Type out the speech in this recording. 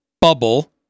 bubble